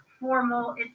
formal